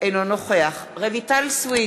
אינו נוכח רויטל סויד,